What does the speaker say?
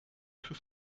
für